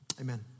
Amen